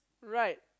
right